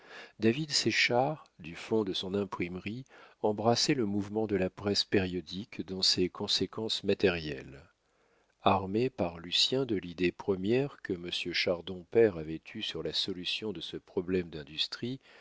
david séchard du fond de son imprimerie embrassait le mouvement de la presse périodique dans ses conséquences matérielles armé par lucien de l'idée première que monsieur chardon père avait eue sur la solution de ce problème d'industrie